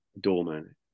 doorman